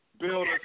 Build